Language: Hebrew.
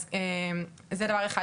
אז זה דבר אחד.